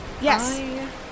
Yes